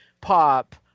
Pop